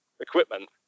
equipment